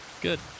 Good